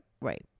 right